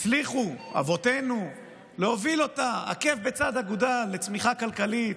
הצליחו אבותינו להוביל אותה עקב בצד אגודל לצמיחה כלכלית,